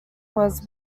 was